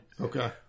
Okay